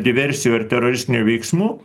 diversijų ar teroristinių veiksmų